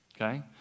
okay